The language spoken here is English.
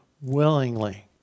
willingly